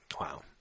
Wow